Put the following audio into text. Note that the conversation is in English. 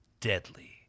deadly